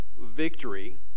victory